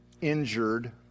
injured